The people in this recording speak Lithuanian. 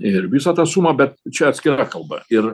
ir visą tą sumą bet čia atskira kalba ir